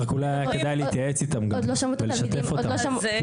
אולי היה כדאי להתייעץ איתם וגם לשתף אותם,